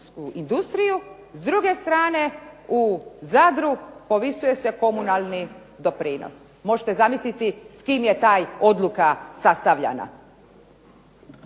industriju s druge strane u Zadru povisuje se komunalni doprinos. Možete zamisliti s kim je ta odluka sastavljana.